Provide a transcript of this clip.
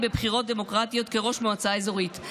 בבחירות דמוקרטיות כראש מועצה אזורית,